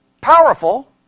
powerful